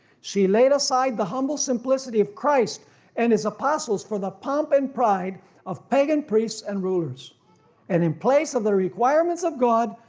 she laid aside the humble simplicity of christ and his apostles for the pomp and pride of pagan priests and rulers and in place of the requirements of god,